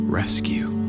rescue